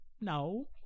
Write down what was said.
no